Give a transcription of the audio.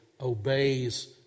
obeys